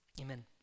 Amen